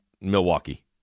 Milwaukee